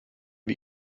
wir